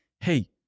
hey